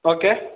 okay